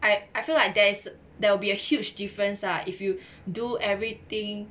I feel like there is there will be a huge difference lah if you do everything